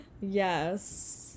Yes